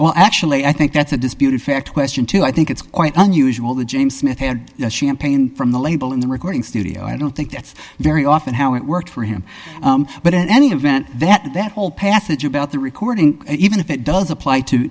well actually i think that's a disputed fact question two i think it's quite unusual that james smith had champagne from the label in the recording studio i don't think that's very often how it worked for him but in any event that that whole passage about the recording even if it does apply to